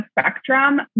spectrum